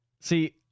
See